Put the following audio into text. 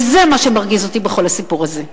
וזה מה שמרגיז אותי בכל הסיפור הזה.